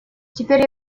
теперь